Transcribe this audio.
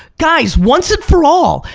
guys, once and for all,